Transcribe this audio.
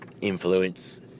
Influence